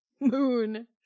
moon